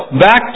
back